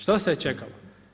Što se je čekalo?